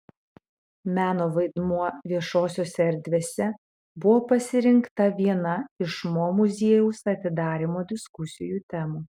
meno vaidmuo viešosiose erdvėse buvo pasirinkta viena iš mo muziejaus atidarymo diskusijų temų